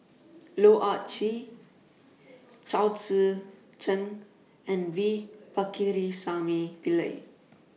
Loh Ah Chee Chao Tzee Cheng and V Pakirisamy Pillai